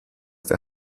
der